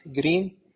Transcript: green